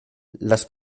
las